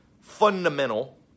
fundamental